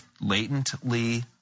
latently